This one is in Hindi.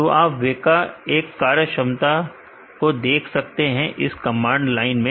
तो आप वेका एक कार्य क्षमता को देख सकते हैं इस कमांड लाइन में